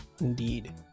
Indeed